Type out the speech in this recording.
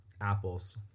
Apples